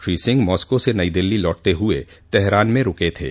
Shri Singh Moscow से नई दिल्ली लौटते हुए तेहरान में रूके थे